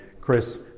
Chris